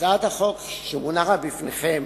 הצעת החוק שמונחת בפניכם,